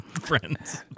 friends